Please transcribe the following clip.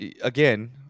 again